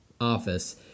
office